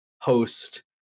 host